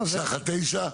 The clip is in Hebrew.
נשאר לך תשע?